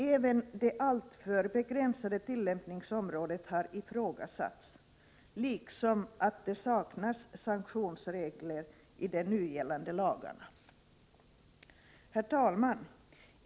Även det alltför begränsade tillämpningsområdet har ifrågasatts, liksom att det saknas sanktionsregler i de nu gällande lagarna. Herr talman!